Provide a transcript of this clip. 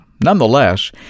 Nonetheless